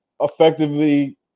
effectively